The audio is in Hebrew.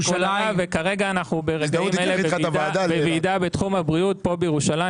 וכרגע אנחנו ברגעים אלה בוועידה בתחום הבריאות פה בירושלים,